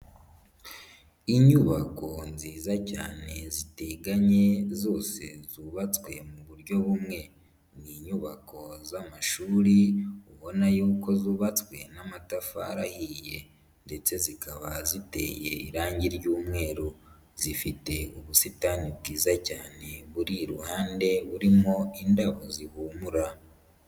Inyubako nziza cyane ziteganye zose zubatswe mu buryo bumwe, ni inyubako z'amashuri ubona yuko zubatswe n'amatafari ahiye ndetse zikaba ziteye irangi ry'umweru, zifite ubusitani bwiza cyane buri iruhande burimo indabo zihumura.